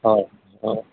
হয় হয়